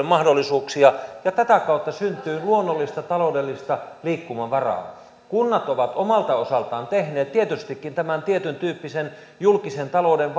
mahdollisuuksia ja tätä kautta syntyy luonnollista taloudellista liikkumavaraa kunnat ovat omalta osaltaan tehneet tietystikin tietyn tyyppisten julkisen talouden